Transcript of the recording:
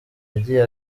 yagiye